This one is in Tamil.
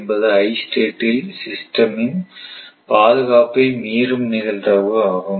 என்பது i ஸ்டேட் இல் சிஸ்டம் இன் பாதுகாப்பை மீறும் நிகழ்தகவு ஆகும்